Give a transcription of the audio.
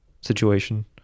situation